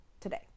today